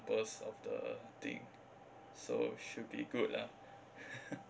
of the thing so should be good lah